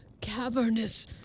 cavernous